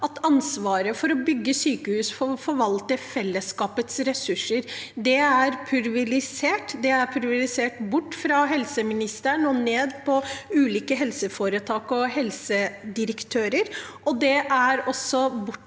at ansvaret for å bygge sykehus, for å forvalte fellesskapets ressurser, er pulverisert – det er pulverisert bort fra helseministeren og ned på ulike helseforetak og helsedirektører. Det er også